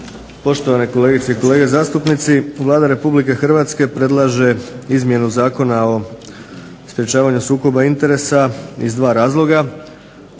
poštovane kolegice i kolege zastupnici. Vlada Republike Hrvatske predlaže izmjenu Zakona o sprječavanju sukoba interesa iz dva razloga.